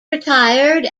retired